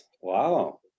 Wow